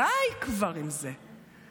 די כבר עם זה.